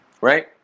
right